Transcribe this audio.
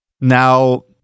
now